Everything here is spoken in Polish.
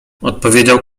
odpowiedział